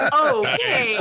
Okay